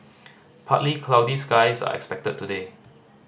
partly cloudy skies are expected today